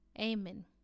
Amen